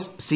S C